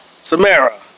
Samara